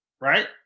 right